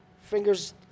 fingers